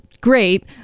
great